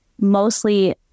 mostly